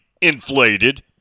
inflated